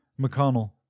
McConnell